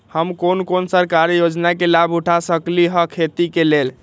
हम कोन कोन सरकारी योजना के लाभ उठा सकली ह खेती के लेल?